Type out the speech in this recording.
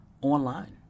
online